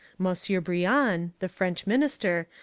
monsieur briand, the french minister,